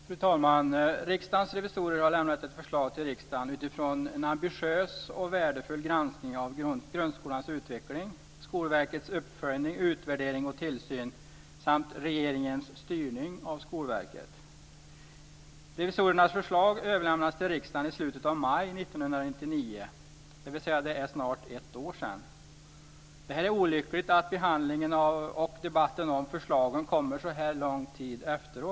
Fru talman! Riksdagens revisorer har lämnat ett förslag till riksdagen utifrån en ambitiös och värdefull granskning av grundskolans utveckling, Skolverkets uppföljning, utvärdering och tillsyn samt regeringens styrning av Skolverket. Revisorernas förslag överlämnades till riksdagen i slutet av maj 1999, dvs. för snart ett år sedan. Det är olyckligt att behandlingen av och debatten om förslagen kommer så här lång tid efteråt.